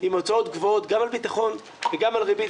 עם הוצאות גבוהות גם על ביטחון וגם על ריבית,